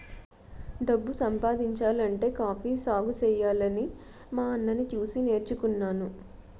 డబ్బు సంపాదించాలంటే కాఫీ సాగుసెయ్యాలని మా అన్నని సూసి నేర్చుకున్నాను